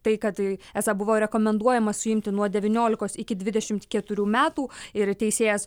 tai kad tai esą buvo rekomenduojama suimti nuo devyniolikos iki dvidešimt keturių metų ir teisėjas